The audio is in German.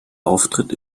auftritt